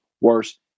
worse